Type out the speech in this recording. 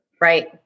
Right